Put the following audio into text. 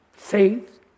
faith